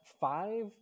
five